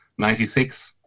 96